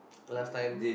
last time